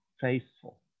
faithful